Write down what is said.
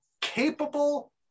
capable